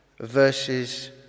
verses